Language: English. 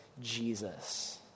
Jesus